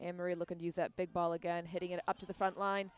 emery looking to use that big ball again hitting it up to the front line